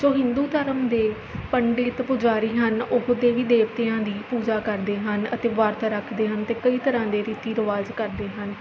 ਜੋ ਹਿੰਦੂ ਧਰਮ ਦੇ ਪੰਡਿਤ ਪੁਜਾਰੀ ਹਨ ਉਹ ਦੇਵੀ ਦੇਵਤਿਆਂ ਦੀ ਪੂਜਾ ਕਰਦੇ ਹਨ ਅਤੇ ਵਰਤ ਰੱਖਦੇ ਹਨ ਅਤੇ ਕਈ ਤਰ੍ਹਾਂ ਦੇ ਰੀਤੀ ਰਿਵਾਜ਼ ਕਰਦੇ ਹਨ